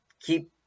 keep